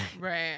right